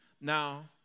Now